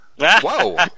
Whoa